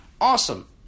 Awesome